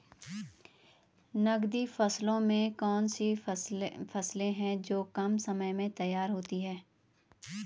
नकदी फसलों में कौन सी फसलें है जो कम समय में तैयार होती हैं?